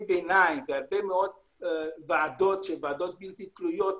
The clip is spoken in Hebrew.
ביניים והרבה מאוד ועדות בלתי תלויות,